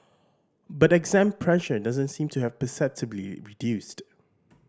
but exam pressure doesn't seem to have perceptibly reduced